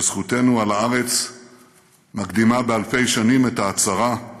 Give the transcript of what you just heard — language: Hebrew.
שזכותנו על הארץ מקדימה באלפי שנים את ההצהרה;